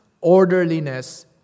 orderliness